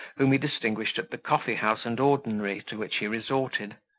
whom he distinguished at the coffee-house and ordinary to which he resorted,